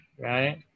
right